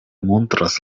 montras